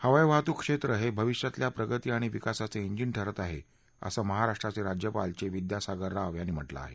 हवाई वाहतूक क्षेत्र हे भविष्यातल्या प्रगती आणि विकासाचं इंजीन ठरत आहे असं महाराष्ट्राचे राज्यपाल चे विद्यासागर राव यांनी म्हटलं आहे